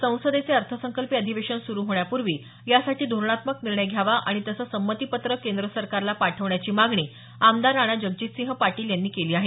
संसदेचे अर्थसंकल्पीय अधिवेशन सुरु होण्यापूर्वी यासाठी धोरणात्मक निर्णय घ्यावा आणि तसं संमतीपत्र केंद्र सरकारला पाठवण्याची मागणी आमदार राणाजगजितसिंह पाटील यांनी केली आहे